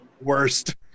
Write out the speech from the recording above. worst